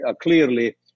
clearly